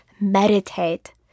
Meditate